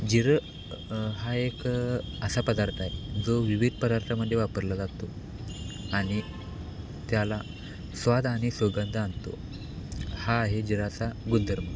जिरं हा एक असा पदार्थ आहे जो विविध पदार्थामध्ये वापरला जातो आणि त्याला स्वाद आणि सुगंध आणतो हा आहे जिऱ्याचा गुणधर्म